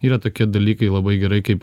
yra tokie dalykai labai gerai kaip